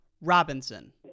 Robinson